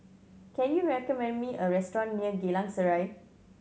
can you recommend me a restaurant near Geylang Serai